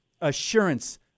assurance